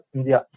India